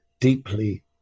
deeply